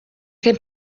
can